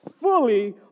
fully